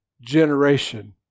generation